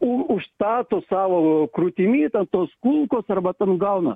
u užstato savo krūtimis tos kulkos arba ten gauna